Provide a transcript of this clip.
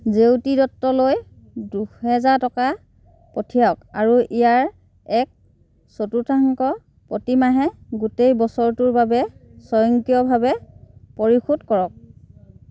জেউতি দত্তলৈ দুহেজাৰ টকা পঠিয়াওক আৰু ইয়াৰ এক চতুৰ্থাংশ প্ৰতিমাহে গোটেই বছৰটোৰ বাবে স্বয়ংক্ৰিয়ভাৱে পৰিশোধ কৰক